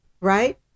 right